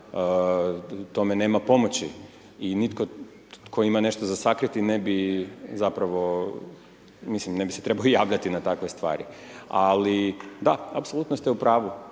tome nema pomoći i nitko tko ima nešto za sakriti ne bi zapravo, mislim, ne bi se trebao javljati na takve stvari ali da, apsolutno ste u pravu.